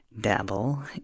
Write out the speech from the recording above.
dabble